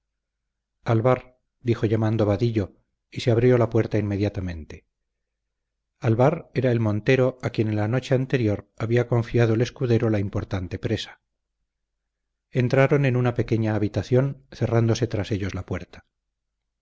dijo llamando vadillo y se abrió la puerta inmediatamente alvar era el montero a quien en la noche anterior había confiado el escudero la importante presa entraron en una pequeña habitación cerrándose tras ellos la puerta